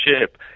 ship